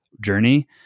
journey